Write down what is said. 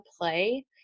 play